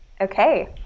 Okay